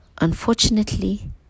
Unfortunately